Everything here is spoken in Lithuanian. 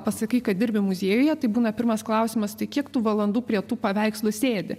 pasakai kad dirbi muziejuje tai būna pirmas klausimas tai kiek tu valandų prie tų paveikslų sėdi